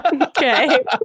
okay